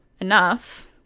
enough